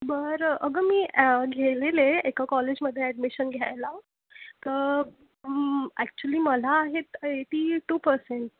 बरं अगं मी ॲ गेलेले एका कॉलेजमध्ये ॲडमिशन घ्यायला तर ॲक्च्युली मला आहेत एटी टू पसेंट